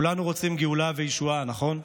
כולנו רוצים גאולה וישועה, נכון?